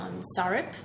syrup